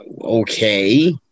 okay